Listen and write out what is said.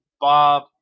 Bob